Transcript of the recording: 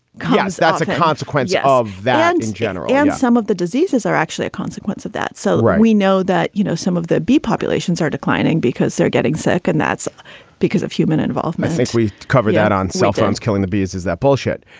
that's a consequence of that in general. and some of the diseases are actually a consequence of that. so we know that, you know, some of the bee populations are declining because they're getting sick and that's because of human involvement we cover that on cell phones, killing the bees. is that bullshit?